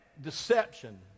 deception